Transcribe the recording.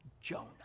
Jonah